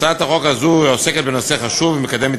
הצעת החוק הזאת עוסקת בנושא חשוב ומקדמת